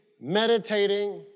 meditating